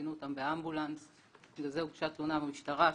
פינו אותה באמבולנס ועל זה הוגשה תלונה במשטרה.